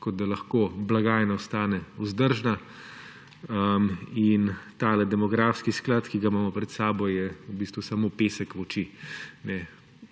kot da lahko blagajna ostane vzdržna. Tale demografski sklad, ki ga imamo pred sabo, je v bistvu samo pesek v oči.